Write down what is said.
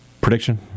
Prediction